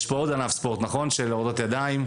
יש איתנו היום גם נציגי ענף הורדות הידיים שנוקיר אותי.